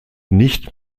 nicht